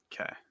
Okay